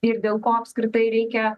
ir dėl ko apskritai reikia